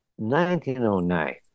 1909